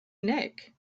nick